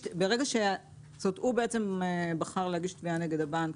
הוא בחר להגיש תביעה נגד הבנק